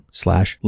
slash